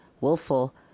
Willful